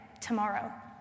tomorrow